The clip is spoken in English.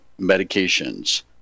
medications